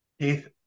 Keith